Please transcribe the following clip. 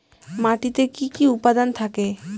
মাটিতে কি কি উপাদান থাকে?